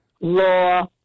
law